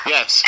Yes